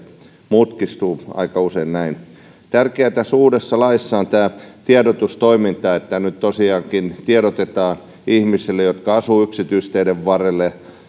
mutkistuvat aika usein näin tärkeää tässä uudessa laissa on tiedotustoiminta nyt tosiaankin tiedotetaan ihmisille jotka asuvat yksityisteiden varsilla